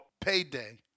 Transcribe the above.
payday